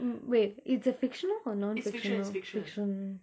mm wait it's a fictional or non-fictional fictional